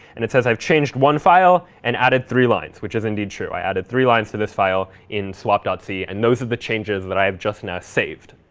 and it says i've changed one file and added three lines, which is indeed true. i added three lines to this file in swap c, and those are the changes that i have just now saved.